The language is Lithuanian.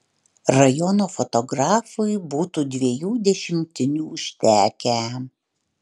rajono fotografui būtų dviejų dešimtinių užtekę